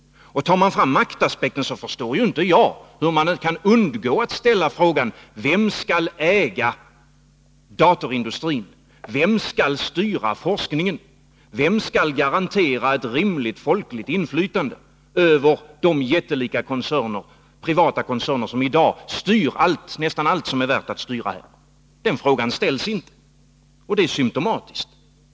Om man gör det, förstår inte jag hur man kan undgå att fråga: Vem skall äga datorindustrin? Vem skall styra forskningen? Vem skall garantera ett rimligt folkligt inflytande över de jättelika privata koncerner som i dag styr nästan allt som är värt att styra? Dessa frågor ställs inte, och det är symtomatiskt.